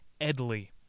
Edley